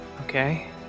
Okay